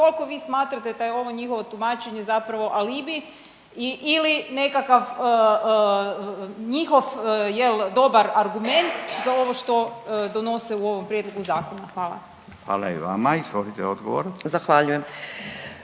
Koliko vi smatrate da je ovo njihovo tumačenje zapravo alibi ili nekakav njihov dobar argument za ovo što donose u ovom Prijedlogu zakona? Hvala. **Radin, Furio (Nezavisni)** Hvala